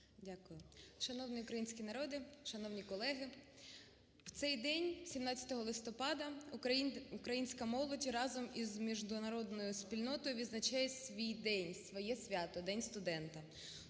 Дякую. Шановний український народе, шановні колеги! У цей день 17 листопада українська молодь разом із міжнародною спільнотою відзначає свій день, своє свято – День студента.